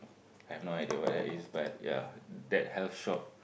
I have no idea what that is but ya that health shop